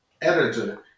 Editor